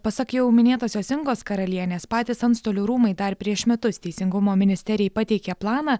pasak jau minėtosios ingos karalienės patys antstolių rūmai dar prieš metus teisingumo ministerijai pateikė planą